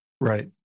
Right